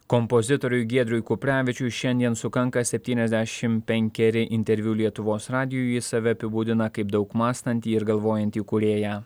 kompozitoriui giedriui kuprevičiui šiandien sukanka septyniasdešim penkeri interviu lietuvos radijui jis save apibūdina kaip daug mąstantį ir galvojantį kūrėją